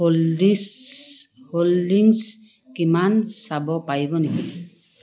হোল্ডিছ holdings কিমান চাব পাৰিব নেকি